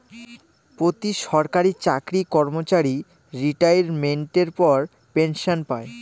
প্রতি সরকারি চাকরি কর্মচারী রিটাইরমেন্টের পর পেনসন পায়